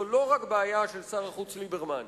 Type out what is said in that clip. זאת לא רק בעיה של שר החוץ ליברמן,